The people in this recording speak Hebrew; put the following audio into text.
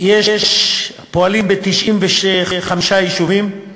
פועלים ב-95 יישובים: